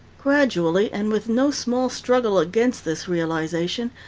gradually, and with no small struggle against this realization,